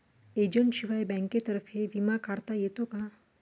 एजंटशिवाय बँकेतर्फे विमा काढता येतो का?